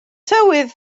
tywydd